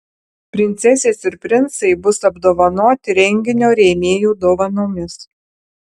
princesės ir princai bus apdovanoti renginio rėmėjų dovanomis